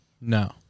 No